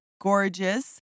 gorgeous